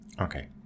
Okay